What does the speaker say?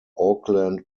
auckland